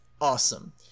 awesome